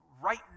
Right